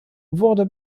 wurde